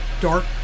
dark